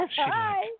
Hi